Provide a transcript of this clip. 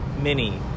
Mini